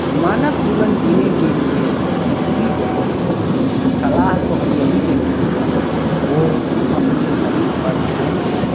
मानव जीवन जीने के लिए किसी भी व्यक्ति को सलाह तो हम यही देंगे कि वो अपने शरीर पर ध्यान दे